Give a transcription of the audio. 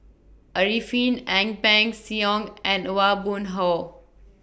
Arifin Ang Peng Siong and Aw Boon Haw